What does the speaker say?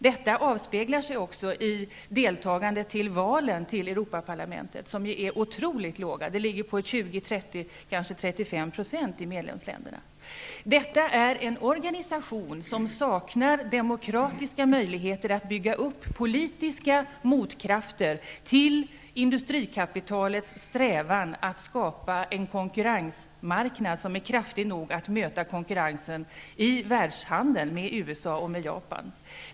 Detta avspeglar sig också i deltagandet i valen till Europaparlamentet, som är otroligt lågt -- 20--35 % EG är en organisation som saknar demokratiska möjligheter att bygga upp politiska motkrafter till industrikapitalets strävan att skapa en konkurrensmarknad som är kraftig nog att möta konkurrensen i världshandeln med USA och Japan.